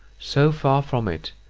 so far from it,